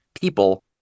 people